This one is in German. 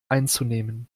einzunehmen